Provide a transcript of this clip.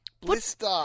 Blister